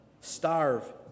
starve